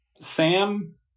Sam